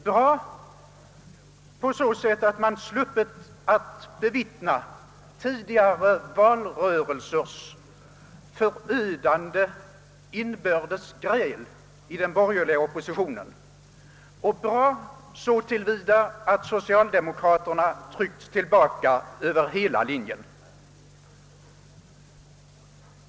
Bra på så sätt att man sluppit att bevittna tidigare valrörelsers förödande inbördes gräl inom den borgerliga oppositionen och bra så till vida att socialdemokraterna tryckts tillbaka över hela linjen.